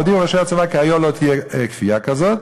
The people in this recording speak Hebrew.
הודיעו ראשי הצבא כי היה לא תהיה כפייה כזאת,